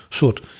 soort